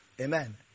Amen